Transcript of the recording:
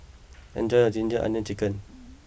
enjoy your Ginger Onions Chicken